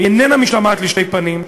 והיא איננה משתמעת לשתי פנים.